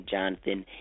Jonathan